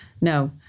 No